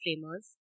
framers